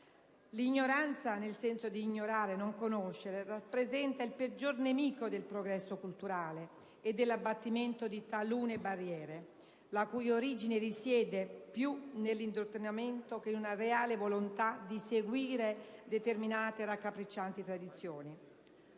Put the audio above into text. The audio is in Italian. L'ignoranza - nel senso di ignorare, non conoscere - rappresenta il peggior nemico del progresso culturale e dell'abbattimento di talune barriere la cui origine risiede più nell'indottrinamento che in una reale volontà di seguire determinate raccapriccianti tradizioni.